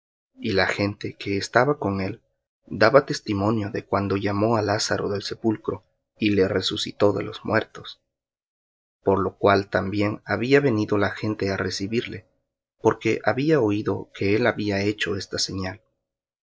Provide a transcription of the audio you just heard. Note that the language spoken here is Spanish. y la gente que estaba con él daba testimonio de cuando llamó á lázaro del sepulcro y le resucitó de los muertos por lo cual también había venido la gente á recibirle porque había oído que él había hecho esta señal